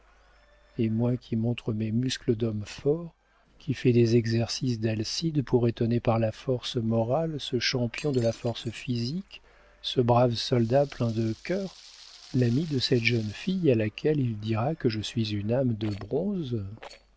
et moi qui montre mes muscles d'homme fort qui fais des exercices d'alcide pour étonner par la force morale ce champion de la force physique ce brave soldat plein de cœur l'ami de cette jeune fille à laquelle il dira que je suis une âme de bronze